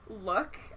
look